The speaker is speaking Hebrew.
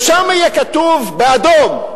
ושם יהיה כתוב באדום,